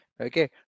Okay